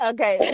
Okay